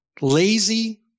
lazy